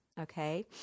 Okay